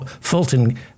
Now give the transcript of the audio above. Fulton